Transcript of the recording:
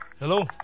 Hello